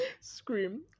scream